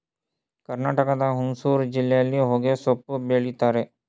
ಕರ್ನಾಟಕದ ಹುಣಸೂರು ಜಿಲ್ಲೆಯಲ್ಲಿ ಹೊಗೆಸೊಪ್ಪು ಬೆಳಿತರೆ